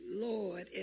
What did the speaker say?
Lord